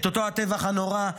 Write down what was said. אותו הטבח הנורא,